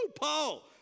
Paul